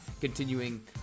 continuing